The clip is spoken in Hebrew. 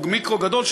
הוא מיקרו גדול,